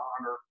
honor